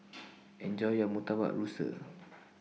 Enjoy your Murtabak Rusa